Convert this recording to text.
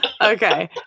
Okay